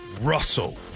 Russell